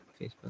Facebook